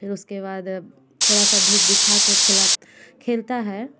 फिर उसके बाद थोड़ा सा धूप दिखा के खेलता है